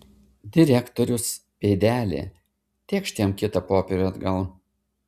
direktorius pėdelė tėkšt jam kitą popierių atgal